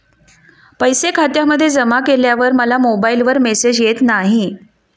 पैसे खात्यामध्ये जमा केल्यावर मला मोबाइलवर मेसेज येत नाही?